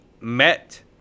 met